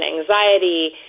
anxiety